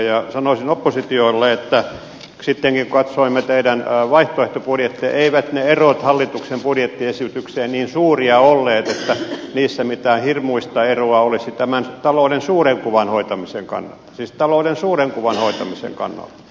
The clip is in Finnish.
ja sanoisin oppositiolle että sittenkin kun katsoimme teidän vaihtoehtobudjettianne eivät ne erot hallituksen budjettiesitykseen niin suuria olleet että niissä mitään hirmuista eroa olisi tämän talouden suuren kuvan hoitamisen kannalta siis talouden suuren kuvan hoitamisen kannalta